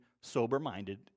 sober-minded